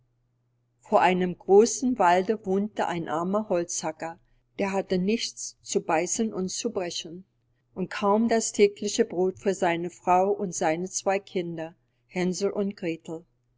vor einem großen walde wohnte ein armer holzhacker der hatte nichts zu beißen und zu brechen und kaum das tägliche brod für seine frau und seine zwei kinder hänsel und gretel